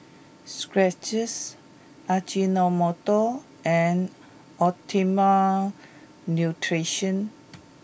Skechers Ajinomoto and Optimum Nutrition